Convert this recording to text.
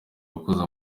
wakoze